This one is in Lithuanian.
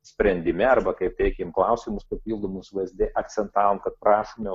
sprendime arba kaip teikėm klausimus papildomus vsd akcentavome kad prašome